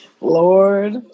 Lord